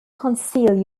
conceal